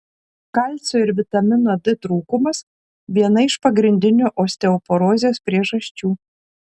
kalcio ir vitamino d trūkumas viena iš pagrindinių osteoporozės priežasčių